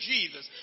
Jesus